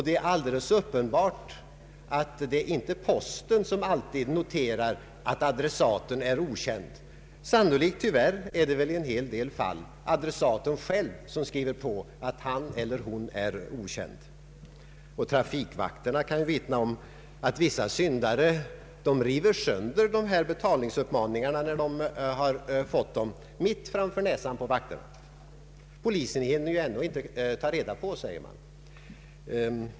Det är alldeles uppenbart att det inte alltid är posten som har gjort denna notering. Sannolikt är det tyvärr så i en hel del fall att det är adressaten själv som skriver på att han eller hon är ”okänd”. Trafikvakterna kan vittna om att vissa syndare river sönder betalningsuppmaningarna mitt framför näsan på dem. Polisen hinner ändå inte ta reda på oss, säger man.